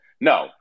No